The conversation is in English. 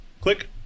click